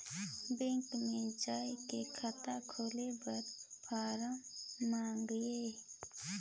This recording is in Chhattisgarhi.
बैंक मे जाय के खाता खोले बर फारम मंगाय?